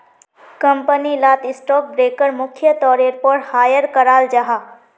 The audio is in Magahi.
कंपनी लात स्टॉक ब्रोकर मुख्य तौरेर पोर हायर कराल जाहा